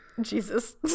Jesus